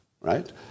right